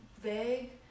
vague